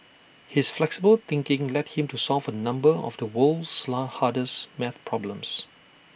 his flexible thinking led him to solve A number of the world's hardest math problems